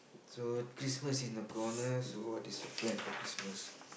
so Christmas in the corner so what is your plan for Christmas